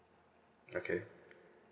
okay